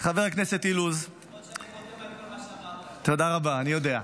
חבר הכנסת אילוז ------ תודה רבה, אני יודע.